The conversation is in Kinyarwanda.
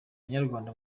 banyarwanda